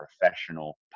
professional